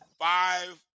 Five